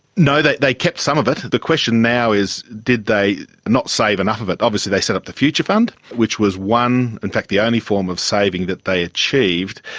no, they they kept some of it. the question now is did they not save enough of it. obviously they set up the future fund which was one, in fact the only form of saving that they achieved.